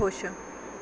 ਖੁਸ਼